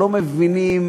שלא מבינים